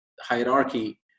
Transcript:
hierarchy